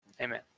Amen